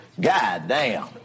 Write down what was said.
goddamn